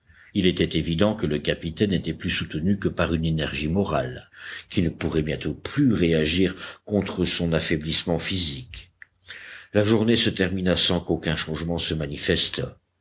il était évident que le capitaine n'était plus soutenu que par une énergie morale qui ne pourrait bientôt plus réagir contre son affaiblissement physique la journée se termina sans qu'aucun changement se manifestât